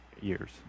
years